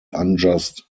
unjust